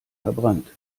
verbrannt